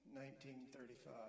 1935